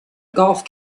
golf